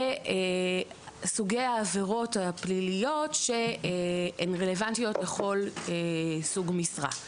וסוגי העבירות הפליליות שהן רלוונטיות בכל סוג משרה.